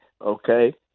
Okay